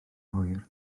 hwyr